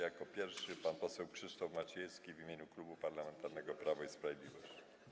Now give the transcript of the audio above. Jako pierwszy pan poseł Krzysztof Maciejewski w imieniu Klubu Parlamentarnego Prawo i Sprawiedliwość.